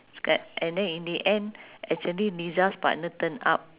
sca~ and then in the end actually liza's partner turned up